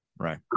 Right